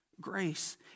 grace